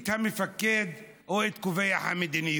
את המפקד או את קובע המדיניות?